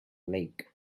lake